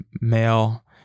male